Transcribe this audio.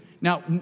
Now